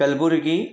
Kalburgi